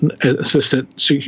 assistant